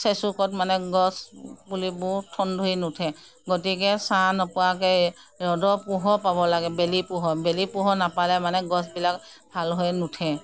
চেঁচুকত মানে গছ পুলিবোৰ ঠন ধৰি নুঠে গতিকে ছাঁ নপৰাকৈ ৰ'দৰ পোহৰ পাব লাগে বেলিৰ পোহৰ বেলিৰ পোহৰ নাপালে মানে গছবিলাক ভাল হৈ নুঠে